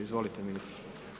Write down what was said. Izvolite ministre.